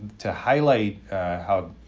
to highlight how,